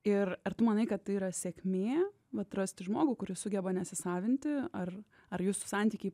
ir ar tu manai kad tai yra sėkmė vat rasti žmogų kuris sugeba nesisavinti ar ar jūsų santykiai